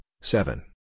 seven